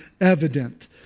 evident